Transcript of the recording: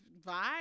vibe